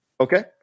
okay